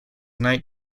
night